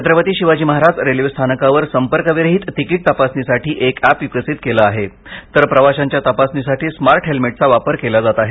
Chhatrapati Shivaji Maharaj railway स्थानकावर संपर्कविरहित तिकीट तपासणीसाठी एक अॅप विकसित केले आहे तर प्रवाशांच्या तपासणीसाठी स्मार्ट हेल्मेटचा वापर केला जात आहे